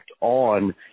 on